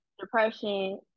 depression